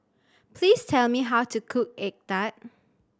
please tell me how to cook egg tart